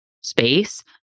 space